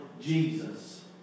Jesus